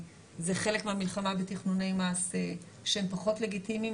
זה חלק מהמלחמה בתכנוני מס שהם פחות לגיטימיים,